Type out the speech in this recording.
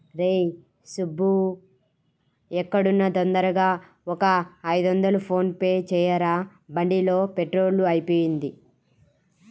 రేయ్ సుబ్బూ ఎక్కడున్నా తొందరగా ఒక ఐదొందలు ఫోన్ పే చెయ్యరా, బండిలో పెట్రోలు అయిపొయింది